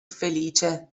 felice